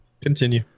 Continue